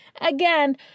Again